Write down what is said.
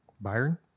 Byron